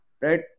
Right